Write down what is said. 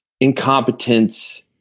incompetence